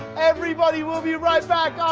everybody, we'll be right back